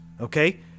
okay